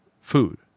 food